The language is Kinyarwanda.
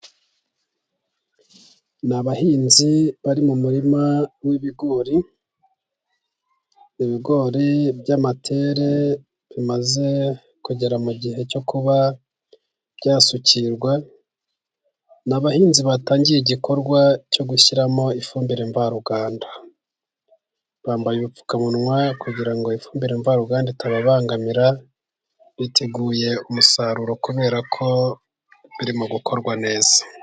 Ni abahinzi bari mu murima w'ibigori. Ibigori by'amatere bimaze kugera mu gihe cyo kuba byasukirwa. Ni abahinzi batangiye igikorwa cyo gushyiraho ifumbire mvaruganda. bambaye udupfukamunwa, kugira ngo ifumbire mvaruganda itababangamira, biteguye umusaruro kubera ko biri mu gukorwa neza.